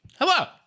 Hello